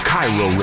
Cairo